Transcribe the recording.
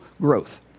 growth